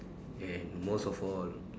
and most of all